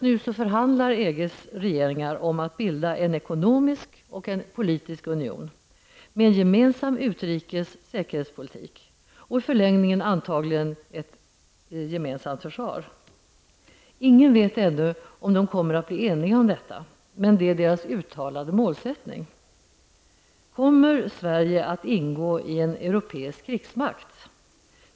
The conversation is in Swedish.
Just nu förhandlar EGs regeringar om att bilda en ekonomisk och politisk union, med en gemensam utrikes och säkerhetspolitik, och i förlängningen antagligen med ett eget försvar. Ingen vet ännu om de kommer att bli eniga om detta? Men det är deras uttalade målsättning. Kommer Sverige att ingå i en europeisk krigsmakt?